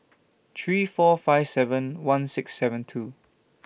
three four five seven one six seven two